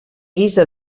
guisa